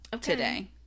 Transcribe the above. today